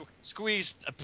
squeezed